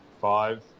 five